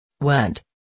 went